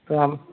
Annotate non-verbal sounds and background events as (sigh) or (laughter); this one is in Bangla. তো (unintelligible)